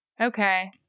okay